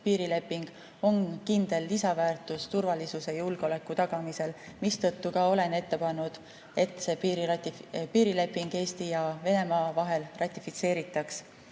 piirileping, on kindel lisaväärtus turvalisuse ja julgeoleku tagamisel, mistõttu olen ka ette pannud, et see piirileping Eesti ja Venemaa vahel ratifitseeritaks,